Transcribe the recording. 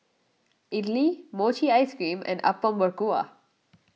Idly Mochi Ice Cream and Apom Berkuah